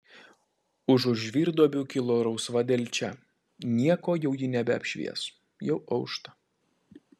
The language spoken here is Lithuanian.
užu žvyrduobių kilo rausva delčia nieko jau ji nebeapšvies jau aušta